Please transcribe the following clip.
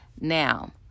Now